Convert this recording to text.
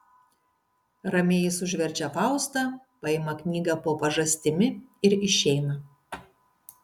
ramiai jis užverčia faustą paima knygą po pažastimi ir išeina